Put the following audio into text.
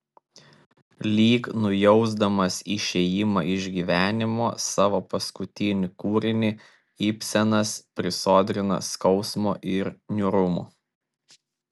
lyg nujausdamas išėjimą iš gyvenimo savo paskutinį kūrinį ibsenas prisodrina skausmo ir niūrumo